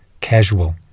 casual